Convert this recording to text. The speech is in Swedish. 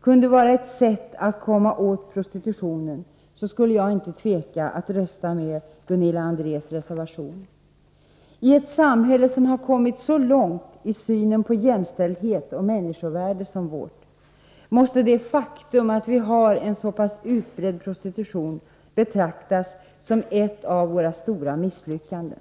kunde vara ett sätt att komma åt prostitutionen, skulle jag inte tveka att rösta för Gunilla Andrés reservation. I ett samhälle som kommit så långt i synen på jämställdhet och människovärde som vårt, måste det faktum att vi har en så pass utbredd prostitution betraktas som ett av våra stora misslyckanden.